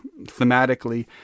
thematically